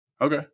Okay